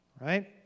right